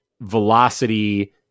velocity